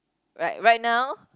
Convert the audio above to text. like right now